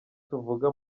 tuvuga